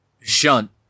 shunt